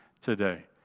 today